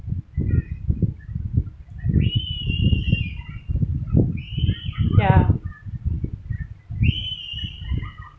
ya